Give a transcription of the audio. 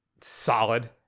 solid